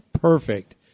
perfect